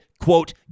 quote